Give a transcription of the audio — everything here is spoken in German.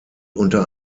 unter